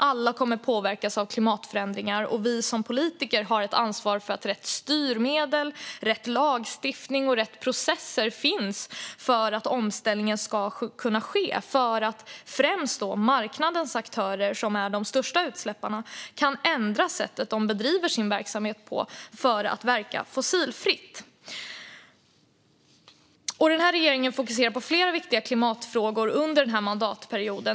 Alla kommer att påverkas av klimatförändringar, och vi politiker har ett ansvar för att rätt styrmedel, rätt lagstiftning och rätt processer finns så att omställningen ska kunna ske och så att främst marknadens aktörer, som är de största utsläpparna, ska kunna ändra sättet de bedriver sin verksamhet på för att verka fossilfritt. Den här regeringen fokuserar på flera viktiga klimatfrågor under denna mandatperiod.